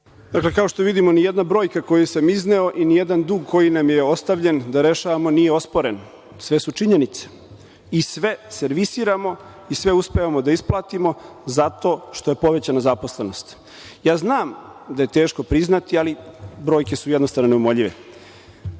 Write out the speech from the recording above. Dakle, kao što vidimo ni jedna brojka koju sam izneo i ni jedan dug koji nam je ostavljen da rešavamo nije osporen. Sve su činjenice i sve servisiramo i sve uspevamo da isplatimo zato što je povećana zaposlenost. Ja znam da je teško priznati, ali brojke su jednostavno neumoljive. Od